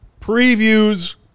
previews